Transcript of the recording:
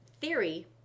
theory